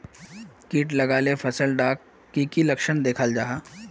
किट लगाले फसल डात की की लक्षण दखा जहा?